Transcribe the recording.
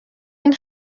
این